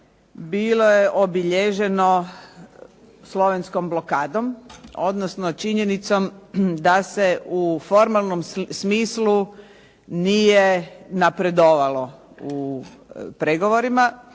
bilo je obilježeno slovenskom blokadom odnosno činjenicom da se u formalnom smislu nije napredovalo u pregovorima,